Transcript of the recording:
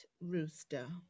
rooster